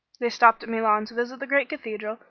they stopped at milan to visit the great cathedral,